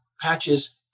patches